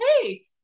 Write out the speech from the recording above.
hey